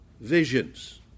visions